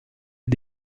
est